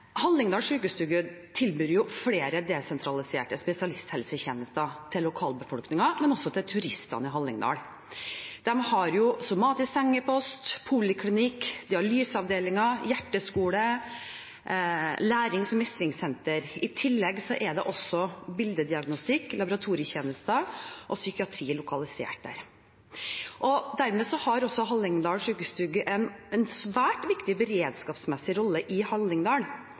Hallingdal sjukestugu tilbyr flere desentraliserte spesialisthelsetjenester til lokalbefolkningen, men også til turister i Hallingdal. De har somatisk sengepost, poliklinikk, dialyseavdeling, hjerteskole og lærings- og mestringssenter. I tillegg er det også bildediagnostikk, laboratorietjenester og psykiatri lokalisert der. Dermed har Hallingdal sjukestugu en svært viktig beredskapsmessig rolle i Hallingdal.